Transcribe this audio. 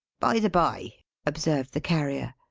by the bye observed the carrier.